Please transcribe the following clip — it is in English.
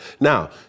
Now